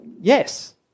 Yes